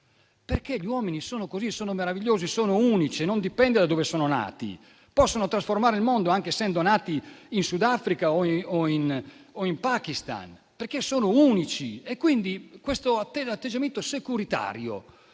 stanza. Gli uomini sono così: sono meravigliosi, sono unici e questo non dipende da dove sono nati. Possono trasformare il mondo, anche essendo nati in Sudafrica o in Pakistan, perché sono unici. Pertanto, questo atteggiamento securitario,